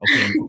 okay